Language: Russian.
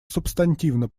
субстантивно